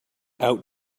out